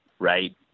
right